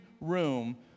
room